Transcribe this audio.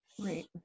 right